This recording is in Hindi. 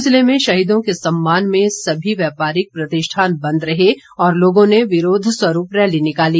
कुल्लू ज़िले में शहीदों के सम्मान में सभी व्यापारिक प्रतिष्ठान बंद रहे और लोगों ने विरोध स्वरूप रैली निकाली